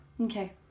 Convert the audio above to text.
Okay